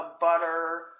butter